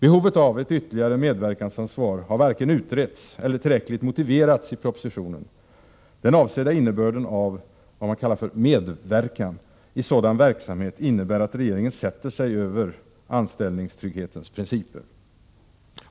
Behovet av ett ytterligare medverkansansvar har varken utretts eller tillräckligt motiverats i propositionen. Den avsedda innebörden av ”medverkan” i sådan verksamhet innebär att regeringen sätter sig över anställningstrygghetens principer.